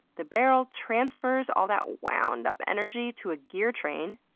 the barrel transfers all that wound-up energy to a gear train,